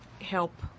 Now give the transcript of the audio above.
help